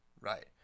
right